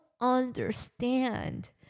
understand